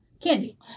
candy